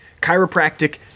Chiropractic